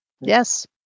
Yes